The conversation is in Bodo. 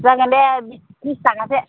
जागोन दे त्रिस ताकासो